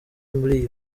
muri